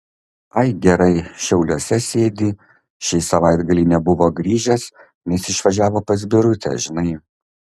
ai gerai šiauliuose sėdi šį savaitgalį nebuvo grįžęs nes išvažiavo pas birutę žinai